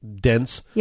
dense